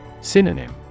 Synonym